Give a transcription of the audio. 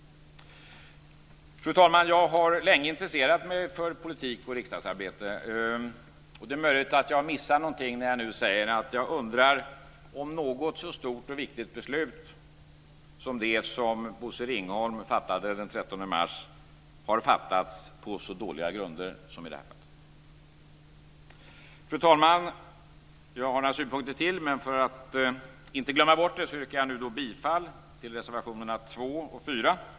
Fru talman! Jag har länge intresserat mig för politik och riksdagsarbete. Det är möjligt att jag har missat någonting när jag nu säger att jag undrar om något så stort och viktigt beslut som det Bosse Ringholm fattade den 13 mars har fattats på så dåliga grunder som i det här fallet. Fru talman! Jag har några synpunkter till, men för att inte glömma bort något yrkar jag nu bifall till reservationerna 2 och 4.